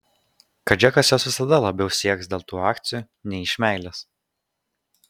kad džekas jos visada labiau sieks dėl tų akcijų nei iš meilės